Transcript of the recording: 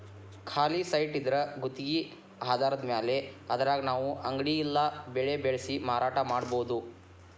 ಖಾಲಿ ಸೈಟಿದ್ರಾ ಗುತ್ಗಿ ಆಧಾರದ್ಮ್ಯಾಲೆ ಅದ್ರಾಗ್ ನಾವು ಅಂಗಡಿ ಇಲ್ಲಾ ಬೆಳೆ ಬೆಳ್ಸಿ ಮಾರಾಟಾ ಮಾಡ್ಬೊದು